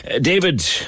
David